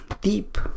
deep